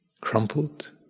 crumpled